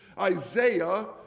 Isaiah